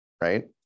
Right